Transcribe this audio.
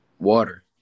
Water